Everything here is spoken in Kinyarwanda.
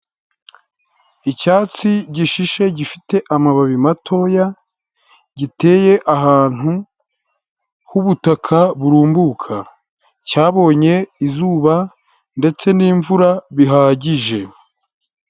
Icyatsi gishishe gifite amababi matoya giteye ahantu h'ubutaka burumbuka cyabonye izuba ndetse n'imvura bihagije.